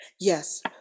Yes